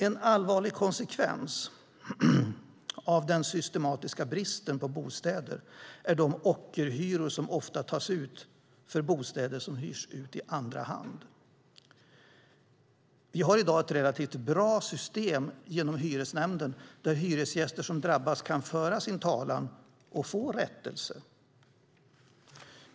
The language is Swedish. En allvarlig konsekvens av den systematiska bristen på bostäder är de ockerhyror som ofta tas ut för bostäder som hyrs ut i andra hand. Vi har i dag ett relativt bra system, genom hyresnämnden, där hyresgäster som drabbas kan föra sin talan och få rättelse.